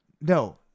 No